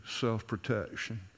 self-protection